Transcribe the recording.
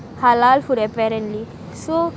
halal food apparently so